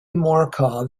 markov